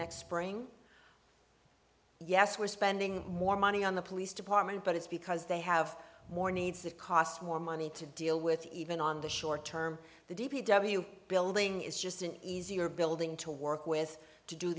next spring yes we're spending more money on the police department but it's because they have more needs that cost more money to deal with even on the short term the d p w building is just an easier building to work with to do